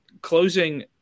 Closing